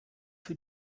für